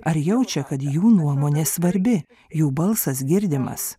ar jaučia kad jų nuomonė svarbi jų balsas girdimas